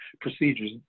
procedures